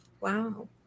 Wow